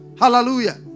Hallelujah